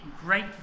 great